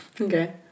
Okay